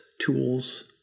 tools